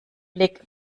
blick